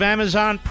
Amazon